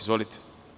Izvolite.